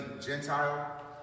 Gentile